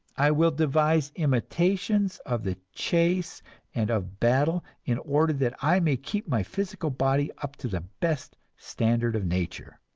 i will devise imitations of the chase and of battle in order that i may keep my physical body up to the best standard of nature.